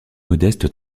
modeste